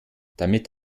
damit